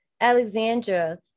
Alexandra